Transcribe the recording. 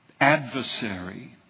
adversary